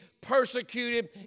persecuted